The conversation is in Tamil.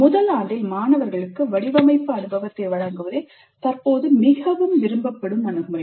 முதல் ஆண்டில் மாணவர்களுக்கு வடிவமைப்பு அனுபவத்தை வழங்குவதே தற்போது மிகவும் விரும்பப்படும் அணுகுமுறை